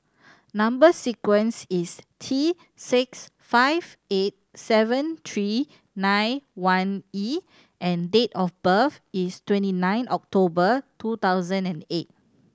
number sequence is T six five eight seven three nine one E and date of birth is twenty nine October two thousand and eight